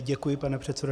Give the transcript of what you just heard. Děkuji, pane předsedo.